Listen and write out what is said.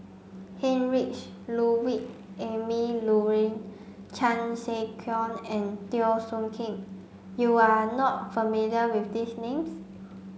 Heinrich Ludwig Emil Luering Chan Sek Keong and Teo Soon Kim you are not familiar with these names